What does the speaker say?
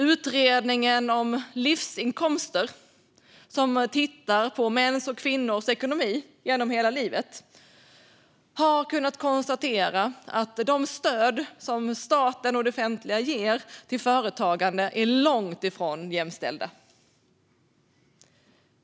Utredningen om livsinkomster, som har tittat på mäns och kvinnors ekonomi genom hela livet, har kunnat konstatera att de stöd som staten och det offentliga ger till företagande är långt ifrån jämställda.